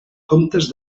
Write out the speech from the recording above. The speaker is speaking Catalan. comptes